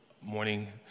morning